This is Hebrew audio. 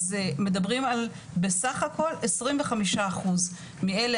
אז מדברים על בסך הכול 25 אחוז מאלה